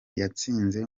yatsinze